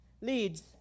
leads